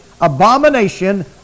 abomination